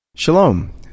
Shalom